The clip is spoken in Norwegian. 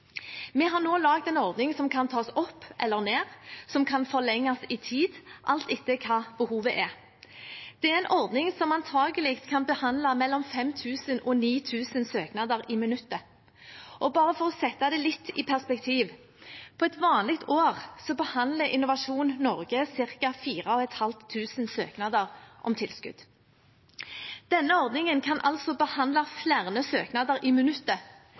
Vi har nå laget en ordning som kan tas opp eller ned, og som kan forlenges i tid, alt etter hva behovet er. Det er en ordning som antagelig kan behandle mellom 5 000 og 9 000 søknader i minutter, og bare for å sette det litt i perspektiv: På et vanlig år behandler Innovasjon Norge ca. 4 500 søknader om tilskudd. Denne ordningen kan altså behandle flere søknader i